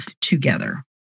together